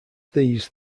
these